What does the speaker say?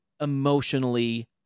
emotionally